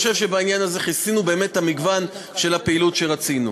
אני חושב שבעניין הזה כיסינו את המגוון של הפעילות שרצינו.